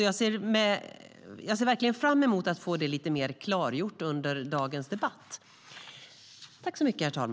Jag ser verkligen fram emot att få det lite mer klargjort under dagens debatt.